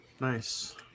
Nice